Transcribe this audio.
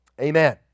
Amen